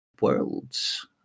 Worlds